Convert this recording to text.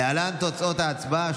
ההצעה להעביר את הצעת חוק